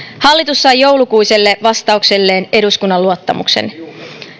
hallitus sai joulukuiselle vastaukselleen eduskunnan luottamuksen